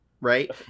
Right